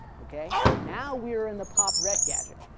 ok, now we are in the pop ret gadget.